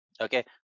okay